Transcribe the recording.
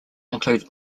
include